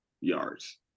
yards